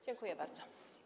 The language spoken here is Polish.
Dziękuję bardzo.